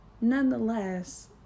Nonetheless